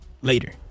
later